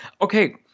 okay